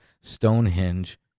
Stonehenge